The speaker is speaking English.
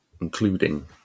including